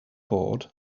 board